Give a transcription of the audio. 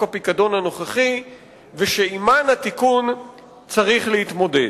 הפיקדון הנוכחי ושעמן התיקון צריך להתמודד.